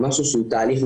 משהו שהוא תהליך,